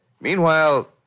Meanwhile